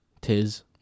Tis